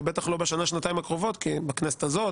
ובטח לא בשנה שנתיים הקרובות כי בכנסת הזאת